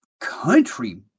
country